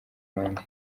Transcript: abandi